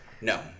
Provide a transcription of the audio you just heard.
No